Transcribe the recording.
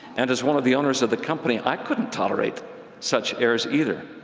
and as one of the owners of the company, i couldn't tolerate such errors either.